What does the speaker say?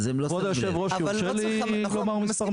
אז הם לא --- נכון מסכים.